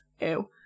ew